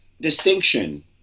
distinction